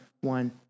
one